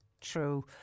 true